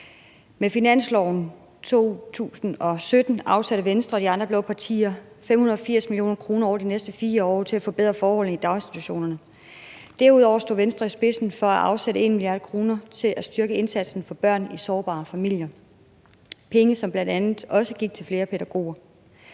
Med finansloven for 2017 afsatte Venstre og de andre blå partier 580 mio. kr. over de følgende 4 år til at forbedre forholdene i daginstitutionerne. Derudover stod Venstre i spidsen for at afsætte 1 mia. kr. til at styrke indsatsen for børn i sårbare familier – penge, som bl.a. også gik til flere pædagoger.